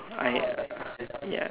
I err ya